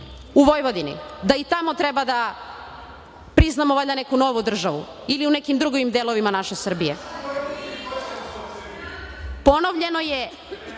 u Vojvodini da i tamo treba da priznamo valjda neku novu državu ili nekim drugim delovima naše Srbije. Možete